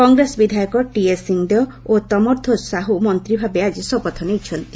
କଂଗ୍ରେସ ବିଧାୟକ ଟିଏସ୍ ସିଂହଦେଓ ଓ ତମରଧ୍ୟଜ ସାହୁ ମନ୍ତ୍ରୀ ଭାବେ ଆଜି ଶପଥ ନେଇଛନ୍ତି